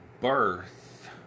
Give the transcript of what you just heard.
birth